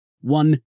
One